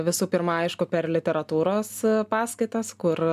visų pirma aišku per literatūros paskaitas kur